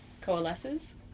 coalesces